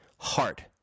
Heart